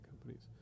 companies